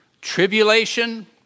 tribulation